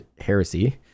heresy